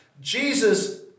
Jesus